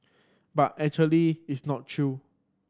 but actually it's not true